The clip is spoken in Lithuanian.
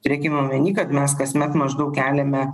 turėkim omeny kad mes kasmet maždaug keliame